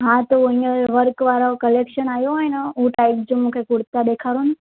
हा त हींअर वर्क वारो कलेक्शन आयो आहे न हूंअं टाइप जो मूंखे कुरिता ॾेखारियो न